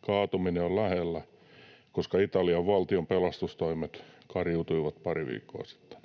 kaatuminen on lähellä, koska Italian valtion pelastustoimet kariutuivat pari viikkoa sitten.